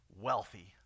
wealthy